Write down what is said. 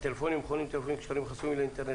הטלפונים המכונים "טלפונים כשרים" החסומים לאינטרנט